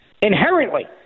inherently